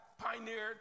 pioneered